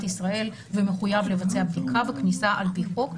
ישראל ומחויב לבצע בדיקה בכניסה על פי חוק,